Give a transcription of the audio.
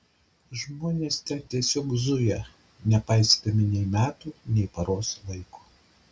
žmonės ten tiesiog zuja nepaisydami nei metų nei paros laiko